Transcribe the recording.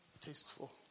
Tasteful